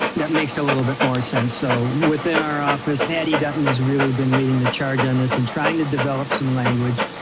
that makes a little bit more sense. so within our office, addie dutton has really been leading the charge on this and trying to develop some language.